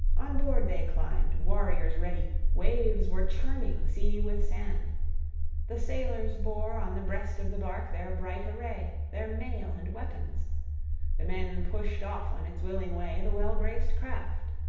on board they climbed, warriors ready waves were churning sea with sand the sailors bore on the breast of the bark their bright array, their mail and weapons the men pushed off, on its willing way, the well-braced craft.